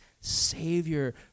savior